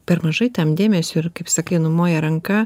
per mažai tam dėmesio ir kaip sakai numoja ranka